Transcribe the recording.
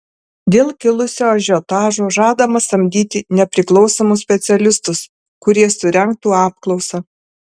dėl kilusio ažiotažo žadama samdyti nepriklausomus specialistus kurie surengtų apklausą